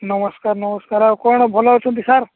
ନମସ୍କାର ନମସ୍କାର ଆଉ କ'ଣ ଭଲ ଅଛନ୍ତି ସାର୍